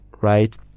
right